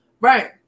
right